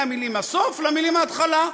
מהמילה "הסוף" למילה "ההתחלה".